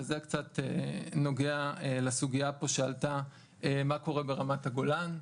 וזה קצת נוגע לסוגיה שעלתה פה מה קורה ברמת הגולן,